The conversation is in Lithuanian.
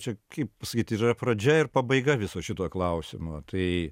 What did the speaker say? čia kaip pasakyt yra pradžia ir pabaiga viso šito klausimo tai